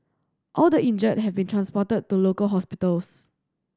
all the injured have been transported to local hospitals